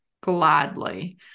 gladly